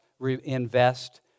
invest